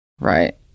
Right